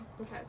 okay